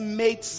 made